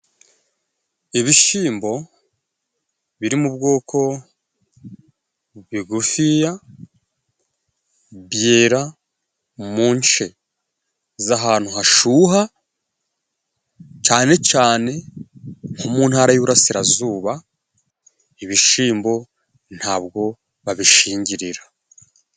Ibishimbo biri mu bwoko bigufiya byera mu nce z'ahantu hashuha, cane cane nko mu Ntara y'Iburasirazuba, ibishimbo ntabwo babishingirira.